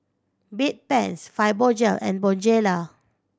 Bedpans Fibogel and Bonjela